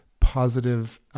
positive